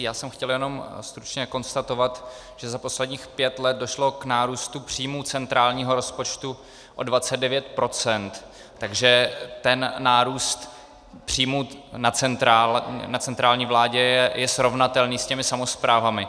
Já jsem chtěl jenom stručně konstatovat, že za posledních pět let došlo k nárůstu příjmů centrálního rozpočtu o 29 %, takže ten nárůst příjmů na centrální vládě je srovnatelný se samosprávami.